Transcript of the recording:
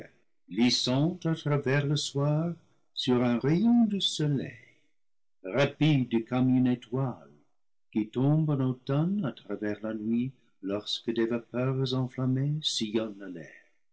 glissant à travers le soir sur un rayon de soleil rapide comme une étoile qui tombe en automne à travers la nuit lorsque des vapeurs enflammées